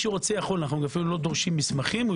מי שרוצה אנחנו אפילו לא דורשים מסמכים הוא